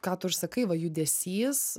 ką tu ir sakai va judesys